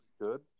good